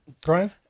Brian